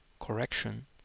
correction